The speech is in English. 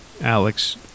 Alex